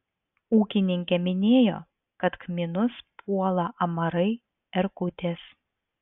ūkininkė minėjo kad kmynus puola amarai erkutės